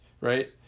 right